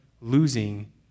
losing